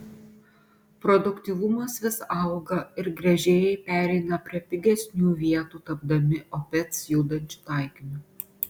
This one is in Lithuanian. produktyvumas vis auga ir gręžėjai pereina prie pigesnių vietų tapdami opec judančiu taikiniu